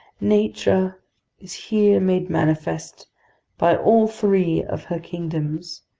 nature is here made manifest by all three of her kingdoms,